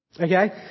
Okay